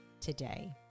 today